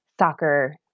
soccer